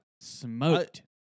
smoked